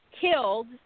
killed